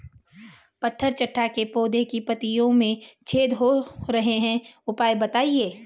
पत्थर चट्टा के पौधें की पत्तियों में छेद हो रहे हैं उपाय बताएं?